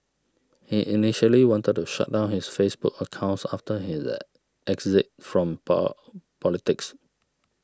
he initially wanted to shut down his Facebook accounts after his exit from poor politics